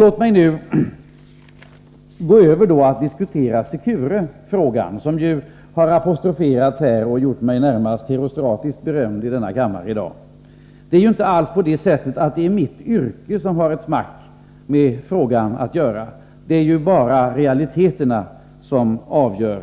Låt mig nu gå över till att diskutera Securefrågan, som har apostroferats här och gjort mig närmast herostratiskt berömd i denna kammare i dag. Mitt yrke har naturligtvis inte ett smack med den frågan att göra. Det är bara realiteterna som avgör